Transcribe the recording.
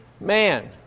man